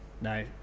no